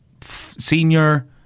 senior